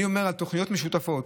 אני אומר, התוכניות משותפות.